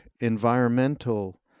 environmental